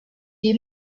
est